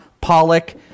Pollock